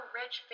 rich